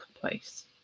place